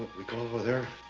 we go over there,